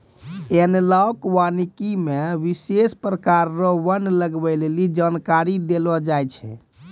एनालाँक वानिकी मे विशेष प्रकार रो वन लगबै लेली जानकारी देलो जाय छै